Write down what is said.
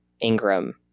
Ingram